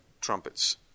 trumpets